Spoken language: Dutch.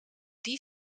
die